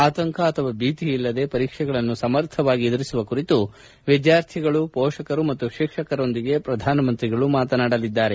ಆತಂಕ ಅಥವಾ ಭೀತಿ ಇಲ್ಲದೆ ಪರೀಕ್ಷೆಗಳನ್ನು ಸಮರ್ಥವಾಗಿ ಎದುರಿಸುವ ಕುರಿತು ವಿದ್ಯಾರ್ಥಿಗಳು ಪೋಷಕರು ಮತ್ತು ಶಿಕ್ಷಕರೊಂದಿಗೆ ಪ್ರಧಾನ ಮಂತ್ರಿ ಮಾತನಾಡಲಿದ್ದಾರೆ